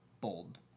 bold